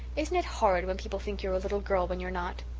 isn't it horrid when people think you're a little girl when you're not?